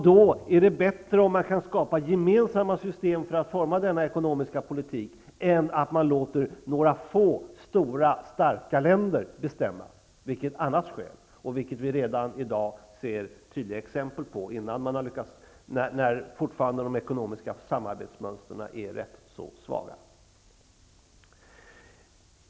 Då är det bättre om man kan skapa gemensamma system för att forma denna ekonomiska politik, än att man låter några få stora, starka länder bestämma, vilket annars sker och vilket vi redan i dag ser tydliga exempel på, medan de ekonomiska samarbetsmönstren ännu är rätt svaga.